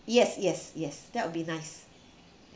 yes yes yes that would be nice